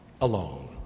alone